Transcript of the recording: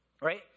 right